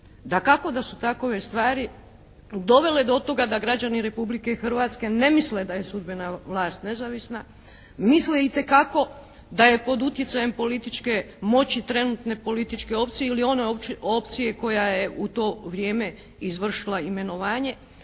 Dakako da su takove stvari dovele do toga da građani Republike Hrvatske ne misle da je sudbena vlast nezavisna, misle itekako da je pod utjecajem političke moći, trenutne političke opcije ili one opcije koja je u to vrijeme izvršila imenovanja.